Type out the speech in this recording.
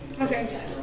Okay